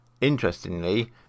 Interestingly